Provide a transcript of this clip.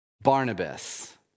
Barnabas